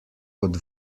kot